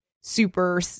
super